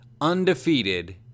undefeated